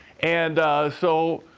and so,